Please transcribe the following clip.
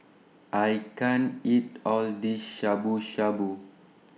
I can't eat All of This Shabu Shabu